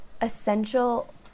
essential